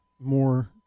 more